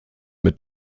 mit